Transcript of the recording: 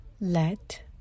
let